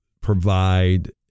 provide